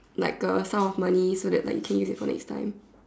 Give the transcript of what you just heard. like a Sum of money so that like you can use it for next time